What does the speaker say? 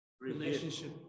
Relationship